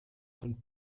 von